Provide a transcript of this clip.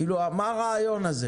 כאילו מה הרעיון הזה?